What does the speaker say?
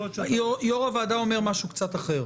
יו"ר הוועדה אומר משהו קצת אחר.